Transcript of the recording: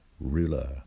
RULER